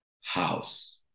house